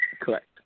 Correct